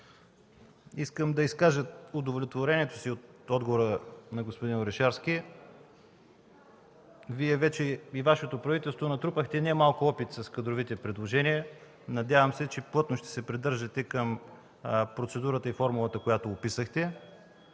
Искам да изкажа удовлетворението си от отговора на господин Орешарски. Вие и Вашето правителство вече натрупахте не малко опит с кадровите предложения. Надявам се, че плътно ще се придържате към процедурата и формулата, която описахте.